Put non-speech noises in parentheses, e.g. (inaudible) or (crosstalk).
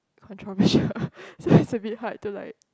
controversial (laughs) so it's to be hard to like